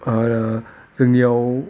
जोंनियाव